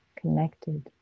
connected